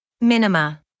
Minima